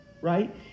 right